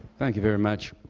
thank you very much.